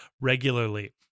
regularly